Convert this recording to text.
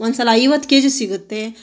ಒಂದುಸಲ ಐವತ್ತು ಕೆಜಿ ಸಿಗುತ್ತೆ